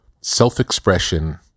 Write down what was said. self-expression